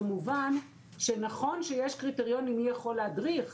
במובן שנכון שיש קריטריון למי יכול להדריך,